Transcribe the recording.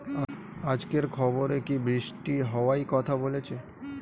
আজকের খবরে কি বৃষ্টি হওয়ায় কথা বলেছে?